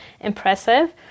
impressive